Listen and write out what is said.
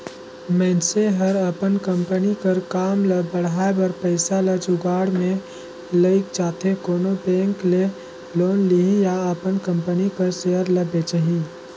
मइनसे हर अपन कंपनी कर काम ल बढ़ाए बर पइसा कर जुगाड़ में लइग जाथे कोनो बेंक ले लोन लिही या अपन कंपनी कर सेयर ल बेंचही